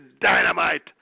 dynamite